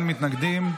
אין מתנגדים,